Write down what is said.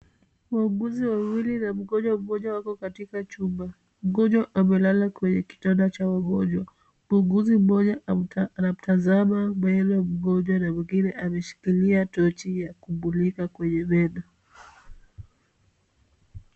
Wauguzi wawili na mgonjwa mmoja wako katika chumba. Mgonjwa amelala kwenye kitanda cha wagonjwa. Muuguzi mmoja anamtazama meno mgonjwa na mwengine ameshikilia tochi akimulika kwenye meno.